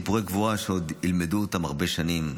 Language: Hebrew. סיפורי גבורה שעוד ילמדו הרבה שנים,